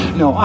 no